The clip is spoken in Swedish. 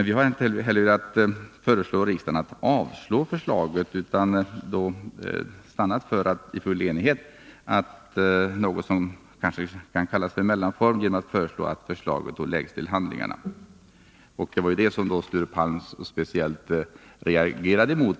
Vi har inte heller föreslagit att riksdagen skall avslå förslaget, utan har i full enighet stannat för något som kan kallas en mellanform, nämligen att förslaget läggs till handlingarna. Det var detta som Sture Palm speciellt reagerade mot.